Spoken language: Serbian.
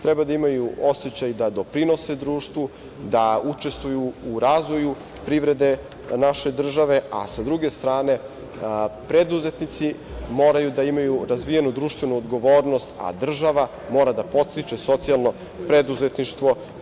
Treba da imaju osećaj da doprinose društvu, da učestvuju u razvoju privrede naše države, a sa druge strane preduzetnici moraju da imaju razvijenu društvenu odgovornost, a država mora da podstiče socijalno preduzetništvo.